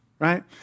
right